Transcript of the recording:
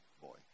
boy